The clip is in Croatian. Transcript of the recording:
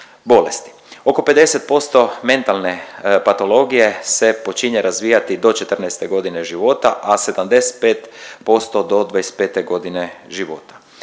Oko 50% mentalne patologije se počinje razvijati do 14 godine života, a 75% do 25 godina života.